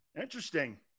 Interesting